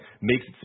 makes